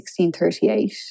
1638